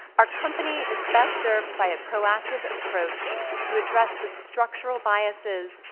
our company is best served by a proactive approach to address the structural biases,